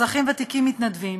אזרחים ותיקים מתנדבים,